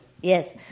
Yes